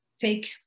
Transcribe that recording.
take